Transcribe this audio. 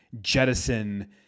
jettison